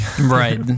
Right